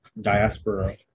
diaspora